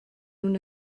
una